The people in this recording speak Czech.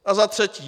A za třetí.